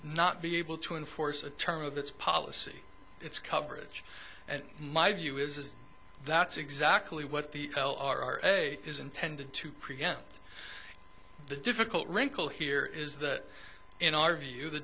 not be able to enforce a term of its policy its coverage and my view is that's exactly what the hell are is intended to prevent the difficult wrinkle here is that in our view the